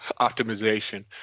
optimization